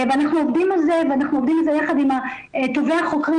אנחנו עובדים על זה יחד עם טובי החוקרים